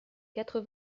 quatre